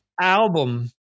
album